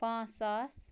پانژھ ساس